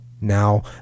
now